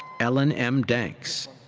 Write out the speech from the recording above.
ellen m. danks.